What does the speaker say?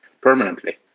permanently